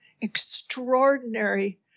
extraordinary